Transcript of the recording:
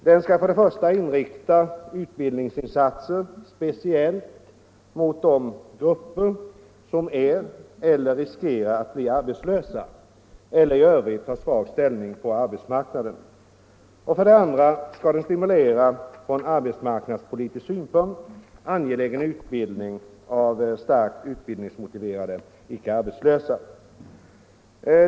Den skall för det första inrikta utbildningsinsatser speciellt mot de grupper som är eller riskerar att bli arbetslösa eller i övrigt har svag ställning på arbetsmarknaden. För det andra skall den stimulera från arbetsmarknadspolitisk synpunkt angelägen utbildning av starkt utbildningsmotiverade icke arbetslösa.